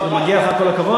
ומגיע לך כל הכבוד.